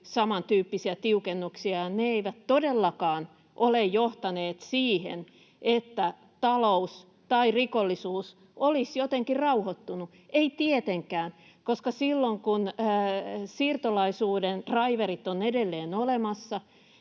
samantyyppisiä tiukennuksia, ja me tiedetään, että ne eivät todellakaan ole johtaneet siihen, että talous tai rikollisuus olisi jotenkin rauhoittunut. Ei tietenkään, koska silloin kun siirtolaisuuden draiverit ovat edelleen olemassa,